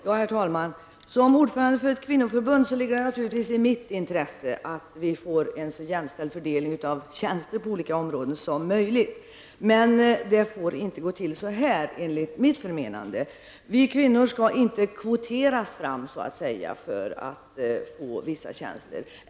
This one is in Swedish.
Herr talman! Eftersom jag är ordförande för ett kvinnoförbund så ligger det naturligtvis i mitt intresse att vi får en så jämställd fördelning av tjänster som möjligt på olika områden. Men enligt mitt förmenande får det inte gå till så här. Vi kvinnor skall inte kvoteras fram för att få vissa tjänster.